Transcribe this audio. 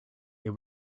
this